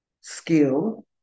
skill